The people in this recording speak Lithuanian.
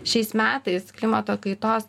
šiais metais klimato kaitos